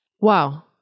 Wow